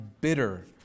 bitter